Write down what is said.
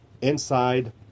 inside